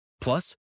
Plus